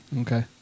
Okay